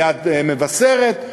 ליד מבשרת,